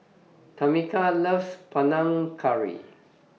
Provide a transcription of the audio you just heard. Tameka loves Panang Curry